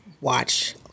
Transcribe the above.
watch